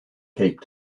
cape